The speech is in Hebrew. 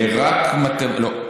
רק, לא.